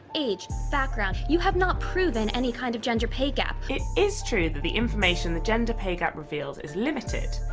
age, background. you have not proven any kind of gender pay gap. it is true that the information that the gender pay gap reveals is limited.